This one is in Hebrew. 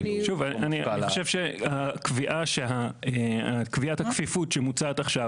קביעת הכפיפות שמוצעת עכשיו,